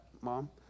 Mom